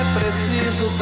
preciso